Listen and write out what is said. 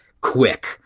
quick